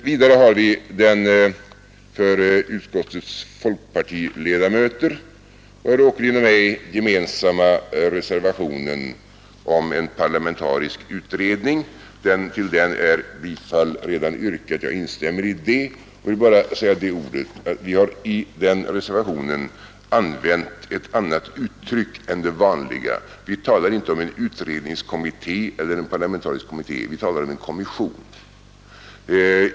Vidare har vi den för utskottets folkpartiledamöter och herr Åkerlind och mig gemensamma reservationen 6 om en parlamentarisk utredning. Till den är bifall redan yrkat. Jag instämmer i det och vill bara säga att vi har i denna reservation använt ett annat uttryck än det vanliga. Vi talar inte om en utredningskommitté eller en parlamentarisk kommitté — vi talar om en kommission.